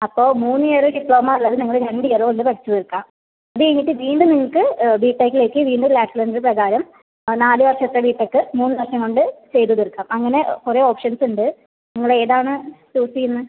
അപ്പോൾ മൂന്ന് year diploma ഉള്ളത് നിങ്ങൾ രണ്ട് ഇയർ കൊണ്ട് പഠിച്ചു തീർക്കാം അതുകഴിഞ്ഞിട്ട് വീണ്ടും നിങ്ങൾക്ക് ബിടെക്കിലേക്ക് വീണ്ടും ലാറ്ററൽ എൻട്രി പ്രകാരം നാലുവർഷത്തെ ബി ടെക്ക് മൂന്നുവർഷം കൊണ്ട് ചെയ്തുതീർക്കാം അങ്ങനെ കുറേ ഓപ്ഷൻസ് ഉണ്ട് നിങ്ങളേതാണ് ചൂസ് ചെയ്യുന്നത്